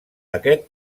aquest